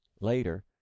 Later